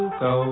go